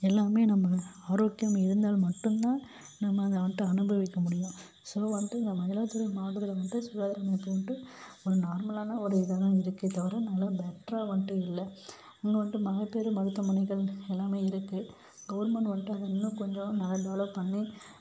எல்லாமே நம்ம ஆரோக்கியம் இருந்தால் மட்டுந்தான் நாம் அதை ஆண்டு அனுபவிக்க முடியும் ஸோ வந்துட்டு நான் மயிலாடுதுறை மாவட்டத்தில் வந்துட்டு சுகாதார மையத்தை வந்துட்டு ஒரு நார்மலான ஒரு இதாக தான் இருக்கே தவிர நல்ல பெட்டரா வந்துட்டு இல்லை அங்கே வந்துட்டு மகப்பேறு மருத்துவமனைகள் எல்லாமே இருக்குது கவர்மெண்ட்டு வந்துட்டு அதை இன்னும் கொஞ்சம் நல்லா டெவெலப் பண்ணி